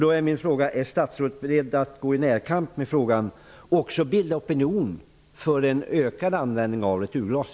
Då är min fråga: Är statsrådet beredd att gå i närkamp med frågan och också bilda opinion för en ökad användning av returglas?